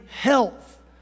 health